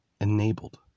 enabled